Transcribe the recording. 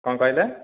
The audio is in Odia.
କ'ଣ କହିଲେ